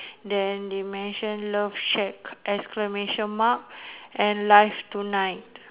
then they mention love shack exclamation mark and live tonight